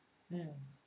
mm